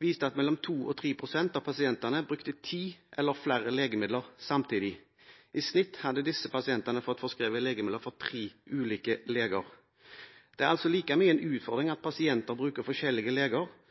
viste at mellom 2 og 3 pst. av pasientene brukte ti eller flere legemidler samtidig. I snitt hadde disse pasientene fått forskrevet legemidler fra tre ulike leger. Det er altså like mye en utfordring at pasienter bruker forskjellige leger,